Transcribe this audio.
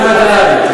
זה ודאי.